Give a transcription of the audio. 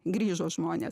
grįžo žmonės